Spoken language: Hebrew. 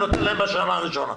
אני נותן להם בשנה הראשונה.